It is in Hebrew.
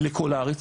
לכל הארץ,